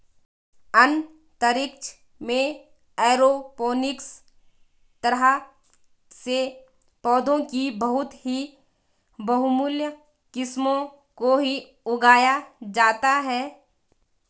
अंतरिक्ष में एरोपोनिक्स तरह से पौधों की बहुत ही बहुमूल्य किस्मों को ही उगाया जाता है